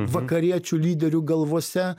vakariečių lyderių galvose